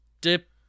dip